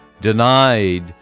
denied